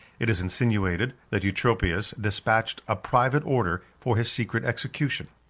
it is insinuated that eutropius despatched a private order for his secret execution.